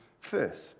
first